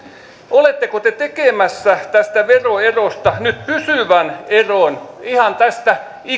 oletteko te tekemässä tästä veroerosta nyt pysyvän eron ihan tästä